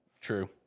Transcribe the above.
True